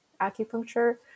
acupuncture